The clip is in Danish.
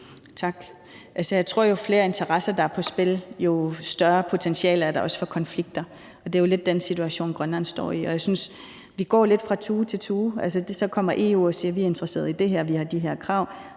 jeg tror, at jo flere interesser, der er på spil, jo større potentiale er der også for konflikter, og det er jo lidt den situation, Grønland står i. Jeg synes, vi hopper lidt fra tue til tue. Så kommer EU og siger: Vi er interesseret i det her, og vi har de her krav.